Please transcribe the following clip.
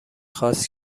خواست